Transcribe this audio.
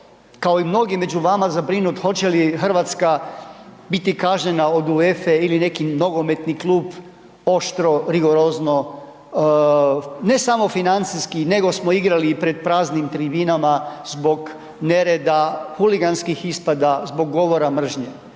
kao i mnogi među vama zabrinut hoće li Hrvatska biti kažnjena od UEFA-e ili neki nogometni klub oštro, rigorozno ne samo financijski nego smo igrali i pred praznim tribinama zbog nereda, huliganskih ispada, zbog govora mržnje,